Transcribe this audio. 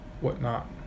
whatnot